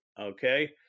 okay